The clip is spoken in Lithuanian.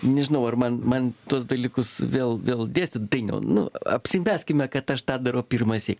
nežinau ar man man tuos dalykus vėl vėl dėstyt dainiau nu apsimeskime kad aš tą darau pirmąsyk